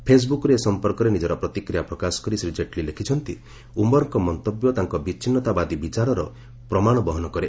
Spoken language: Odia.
ଫେସ୍ବୁକ୍ରେ ଏସମ୍ପର୍କରେ ନିଜର ପ୍ରତିକ୍ରିୟା ପ୍ରକାଶ କରି ଶ୍ରୀ ଜେଟ୍ଲୀ ଲେଖିଛନ୍ତି ଉମରଙ୍କ ମନ୍ତବ୍ୟ ତାଙ୍କ ବିଚ୍ଛିନୃତାବାଦୀ ବିଚାରର ପ୍ରମାଣ ବହନ କରେ